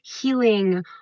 healing